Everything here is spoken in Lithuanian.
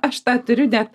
aš tą turiu net